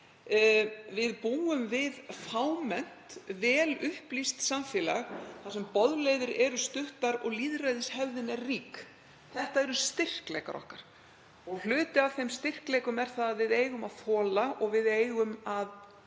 Við búum í fámennu, vel upplýstu samfélagi þar sem boðleiðir eru stuttar og lýðræðishefðin er rík. Þetta eru styrkleikar okkar og hluti af þeim styrkleikum er að við eigum að þola, og við eigum að